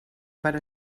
per